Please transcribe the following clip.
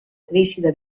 crescita